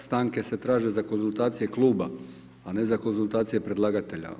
Stanke se traže za konzultacije kluba a ne za konzultacije predlagatelja.